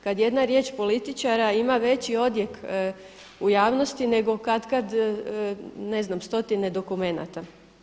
Kad jedna riječ političara ima veći odjek u javnosti nego katkad ne znam stotine dokumenata.